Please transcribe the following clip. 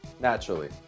naturally